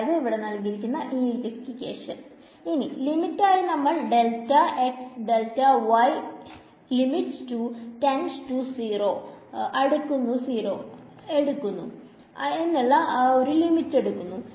അതായത് ഇനി ലിമിറ്റ് ആയി നമ്മൾ എടുക്കുന്നു